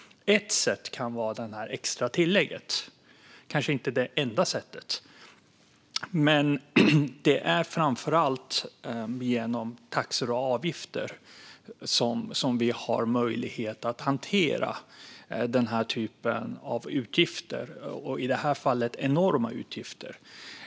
Ett sätt kan vara detta extra tillägg. Det är kanske inte det enda sättet, men det är framför allt genom taxor och avgifter som vi har möjlighet att hantera denna typ av utgifter. Och i detta fall är det enorma utgifter.